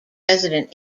resident